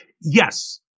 Yes